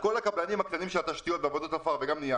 כל הקבלנים הקטנים של תשתיות ועבודות עפר ובנייה